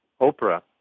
Oprah